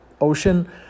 ocean